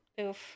Oof